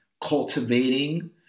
cultivating